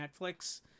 Netflix